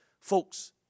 folks